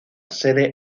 sede